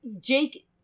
Jake